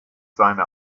seine